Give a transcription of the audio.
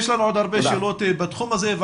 יש לנו עוד הרבה שאלות בתחום הזה.